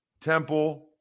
Temple